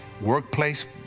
workplace